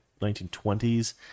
1920s